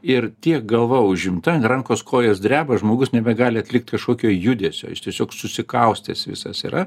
ir tiek galva užimta rankos kojos dreba žmogus nebegali atlikti kažkokio judesio jis tiesiog susikaustęs visas yra